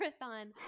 marathon